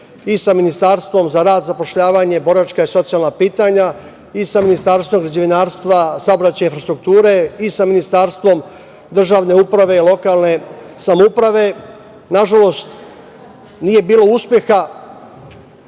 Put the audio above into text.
i sa Ministarstvom za rad, zapošljavanje, boračka i socijalna pitanja, i sa Ministarstvom građevinarstva, saobraćaja i infrastrukture, i sa Ministarstvom državne uprave i lokalne samouprave. Nažalost, nije bilo uspeha